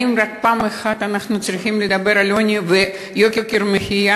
האם רק פעם אחת אנחנו צריכים לדבר על עוני ויוקר המחיה?